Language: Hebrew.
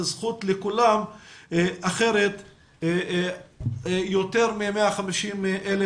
היא זכות לכולם כי אחרת יותר מ-150,000